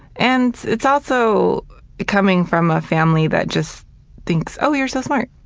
and it's also coming from a family that just thinks, oh, you're so smart.